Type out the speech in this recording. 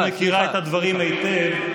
את מכירה את הדברים היטב,